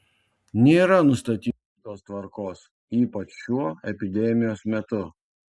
nėra nustatytos tvarkos ypač šiuo epidemijos metu